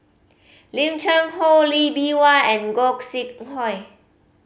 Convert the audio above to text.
Lim Cheng Hoe Lee Bee Wah and Gog Sing Hooi